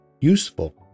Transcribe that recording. useful